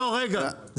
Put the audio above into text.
לא, רגע.